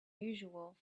usual